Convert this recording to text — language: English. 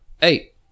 Hey